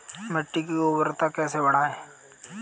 मिट्टी की उर्वरता कैसे बढ़ाएँ?